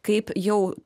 kaip jau